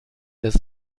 des